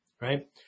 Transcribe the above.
right